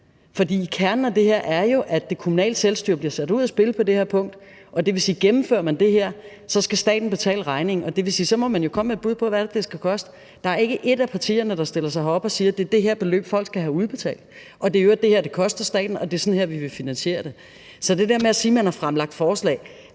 For kernen i det her er jo, at det kommunale selvstyre bliver sat ud af spil på det her punkt, og det vil sige, at gennemfører man det her, skal staten betale regningen, og så må man jo komme med et bud på, hvad det er, det skal koste. Der er ikke et af partierne, der stiller sig herop og siger, at det er det her beløb, folk skal have udbetalt, og det er i øvrigt det her, det koster staten, og det er sådan her, vi vil finansiere det. Så til det der med at sige, at man har fremlagt forslag,